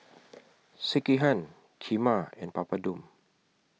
Sekihan Kheema and Papadum